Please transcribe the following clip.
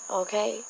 okay